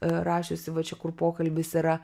rašiusi va čia kur pokalbis yra